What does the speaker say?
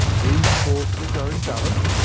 these forces are in balance,